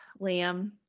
Liam